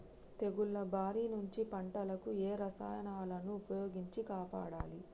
తెగుళ్ల బారి నుంచి పంటలను ఏ రసాయనాలను ఉపయోగించి కాపాడాలి?